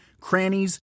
crannies